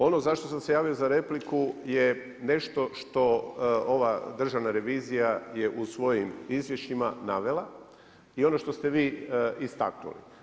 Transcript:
Ono zašto sam se javio za repliku je nešto što ova državna revizija je u svojim izvješćima navela i ono što ste vi istaknuli.